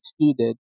excluded